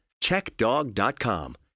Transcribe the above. CheckDog.com